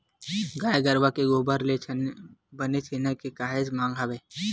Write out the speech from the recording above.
गाय गरुवा के गोबर ले बने छेना के काहेच मांग हवय